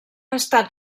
estat